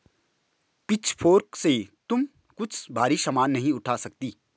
pitchfork से तुम कुछ भारी सामान नहीं उठा सकती